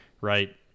right